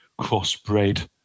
crossbred